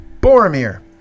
Boromir